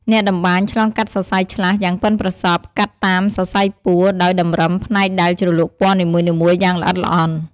អ្នកតម្បាញឆ្លងកាត់សរសៃឆ្លាស់យ៉ាងប៉ិនប្រសប់កាត់តាមសរសៃពួរ ដោយតម្រឹមផ្នែកដែលជ្រលក់ពណ៌នីមួយៗយ៉ាងល្អិតល្អន់។